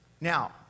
Now